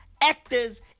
actors